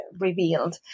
revealed